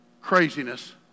craziness